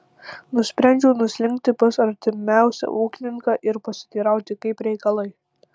nusprendžiau nuslinkti pas artimiausią ūkininką ir pasiteirauti kaip reikalai